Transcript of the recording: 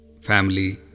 family